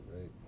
right